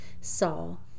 Saul